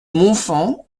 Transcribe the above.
montfand